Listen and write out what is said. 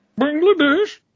Bangladesh